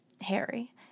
Harry